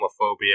homophobia